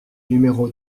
numéro